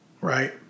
right